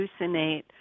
hallucinate